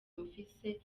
mufite